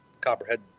Copperhead